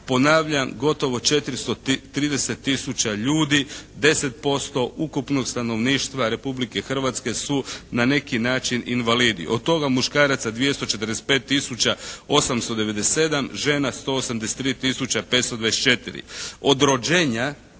Ponavljam, gotovo 430 tisuća ljudi 10% ukupnog stanovništva Republike Hrvatske su na neki način invalidi. Od toga muškaraca 245 tisuća 897, žena 183 tisuća 524. Od rođenja